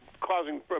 causing